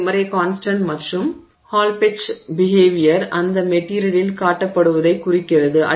நேர்மறை கான்ஸ்டன்ட் மற்றும் Hall Petch behaviour அந்த மெட்டிரியலால் காட்டப்படுவதைக் குறிக்கிறது